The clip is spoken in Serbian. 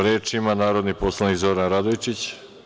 Reč ima narodni poslanik Zoran Radojčić.